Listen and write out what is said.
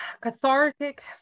cathartic